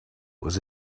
was